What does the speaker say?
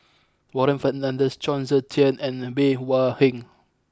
Warren Fernandez Chong Tze Chien and Bey Hua Heng